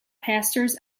pastors